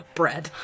bread